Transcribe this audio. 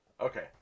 Okay